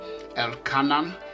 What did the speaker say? Elkanan